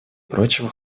прочего